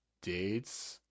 dates